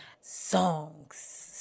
Songs